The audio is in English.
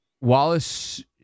Wallace